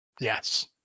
Yes